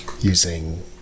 using